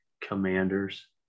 commanders